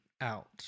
out